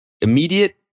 immediate